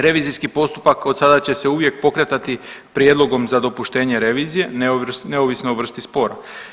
Revizijski postupak od sada će se uvijek pokretati prijedlogom za dopuštenje revizije neovisno o vrsti spora.